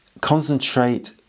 Concentrate